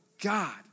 God